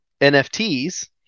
NFTs